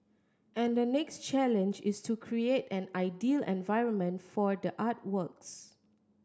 and the next challenge is to create an ideal environment for the artworks